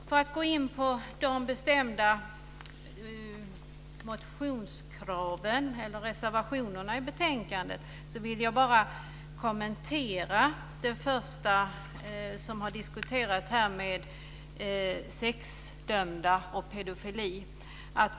För att gå in på de särskilda motionskraven eller reservationerna i betänkandet kan jag först kommentera det som sades om sexdömda och pedofili.